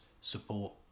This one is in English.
support